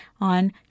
on